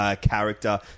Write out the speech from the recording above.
Character